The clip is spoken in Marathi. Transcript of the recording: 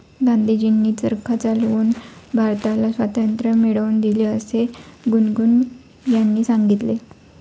गांधीजींनी चरखा चालवून भारताला स्वातंत्र्य मिळवून दिले असे गुनगुन यांनी सांगितले